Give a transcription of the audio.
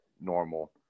normal